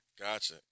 Gotcha